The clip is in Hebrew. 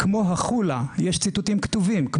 מר איזק, אני מצטער, אני נאלץ לעצור אותך.